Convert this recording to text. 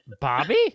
Bobby